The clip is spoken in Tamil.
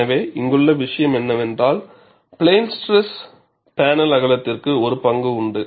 எனவே இங்குள்ள விஷயம் என்னவென்றால் பிளேன் ஸ்ட்ரெஸ் பேனல் அகலத்திற்கு ஒரு பங்கு உண்டு